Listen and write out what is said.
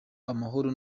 amahoro